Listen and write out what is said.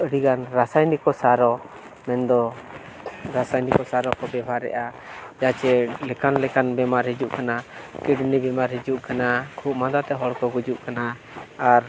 ᱟᱹᱰᱤᱜᱟᱱ ᱨᱟᱥᱟᱭᱚᱱᱤᱠ ᱥᱟᱨᱚ ᱢᱮᱱᱫᱚ ᱨᱟᱥᱟᱭᱚᱱᱤᱠ ᱥᱟᱨ ᱦᱚᱸᱠᱚ ᱵᱮᱵᱚᱦᱟᱨᱮᱫᱼᱟ ᱪᱮᱫᱟᱜ ᱪᱮ ᱞᱮᱠᱟᱱ ᱞᱮᱠᱟᱱ ᱵᱤᱢᱟᱨ ᱦᱤᱡᱩᱜ ᱠᱟᱱᱟ ᱠᱤᱰᱱᱤ ᱵᱤᱢᱟᱨ ᱦᱤᱡᱩᱜ ᱠᱟᱱᱟ ᱠᱷᱩᱜ ᱢᱟᱫᱟ ᱛᱮ ᱦᱚᱲ ᱠᱚ ᱜᱩᱡᱩᱜ ᱠᱟᱱᱟ ᱟᱨ